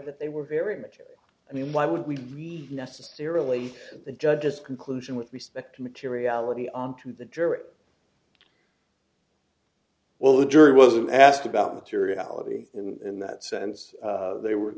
that they were very much i mean why would we necessarily and the judge just conclusion with respect materiality onto the jury well the jury wasn't asked about materiality in that sense they were